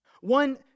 One